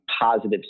positive